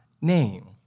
name